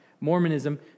Mormonism